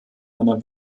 einer